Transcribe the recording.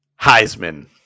Heisman